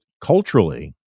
culturally